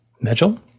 Mitchell